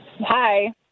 Hi